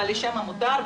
אבל לשם מותר,